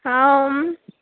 हांव